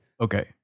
Okay